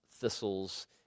thistles